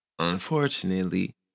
unfortunately